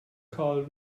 carl